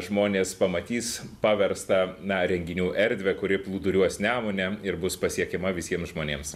žmonės pamatys paverstą na renginių erdvę kuri plūduriuos nemune ir bus pasiekiama visiems žmonėms